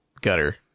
gutter